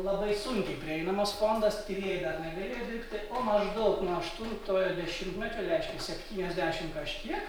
labai sunkiai prieinamas fondas tyrėjai dar negalėjo dirbti o maždaug nuo aštuntojo dešimtmečio reiškia septyniasdešim kažkiek